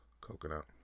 coconut